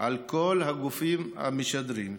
על כל הגופים המשדרים.